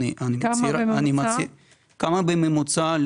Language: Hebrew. כמה בממוצע?